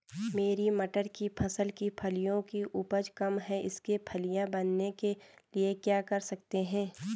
मेरी मटर की फसल की फलियों की उपज कम है इसके फलियां बनने के लिए क्या कर सकते हैं?